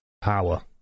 power